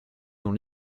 dans